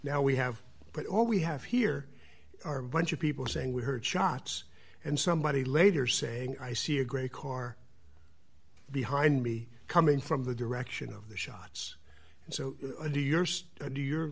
now we have but all we have here are a bunch of people saying we heard shots and somebody later saying i see a great car behind me coming from the direction of the shots so do your due your